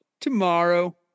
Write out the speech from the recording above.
tomorrow